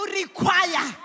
require